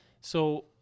So-